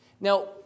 Now